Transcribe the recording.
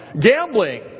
gambling